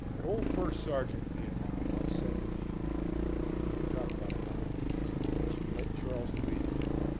an old first sergeant vietnam once said to me we were talking about a number of things he was from lake charles louisiana,